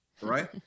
right